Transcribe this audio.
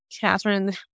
Catherine